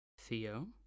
Theo